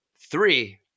Three